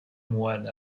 moyne